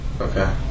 Okay